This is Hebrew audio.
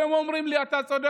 והם אומרים לי: אתה צודק,